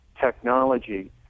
technology